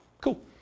Cool